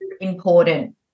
important